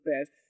best